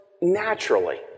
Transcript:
naturally